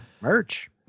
Merch